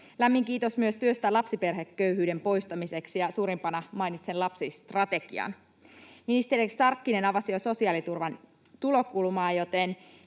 Lämmin kiitos myös työstä lapsiperheköyhyyden poistamiseksi, ja suurimpana mainitsen lapsistrategian. Ministeri Sarkkinen avasi jo sosiaaliturvan tulokulmaa, joten